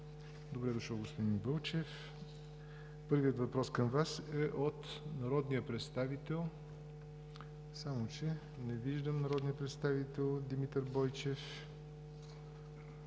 Добре дошъл, господин Вълчев! Първият въпрос към Вас е от народния представител Димитър Бойчев – не виждам народния представител Димитър Бойчев.